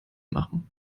machen